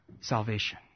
salvation